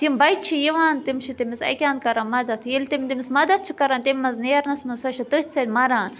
تِم بَچہِ چھِ یِوان تِم چھِ تٔمِس اَکہِ انٛد کَران مَدَتھ ییٚلہِ تِم تٔمِس مَدتھ چھِ کَران تمہِ منٛز نیرنَس منٛز سۄ چھِ تٔتھۍ سۭتۍ مَران